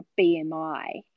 BMI